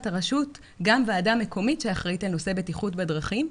הרשות גם ועדה מקומית שאחראית על נושא בטיחות בדרכים,